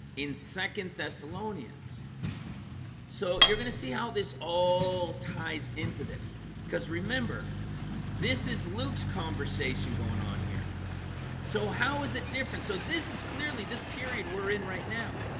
in second thessalonians thessalonians so you're gonna see how this all ties into this because remember this is luke's conversation going on here so how is it different? so this is clearly this period we're in right now